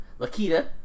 Lakita